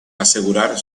asegurar